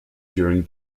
during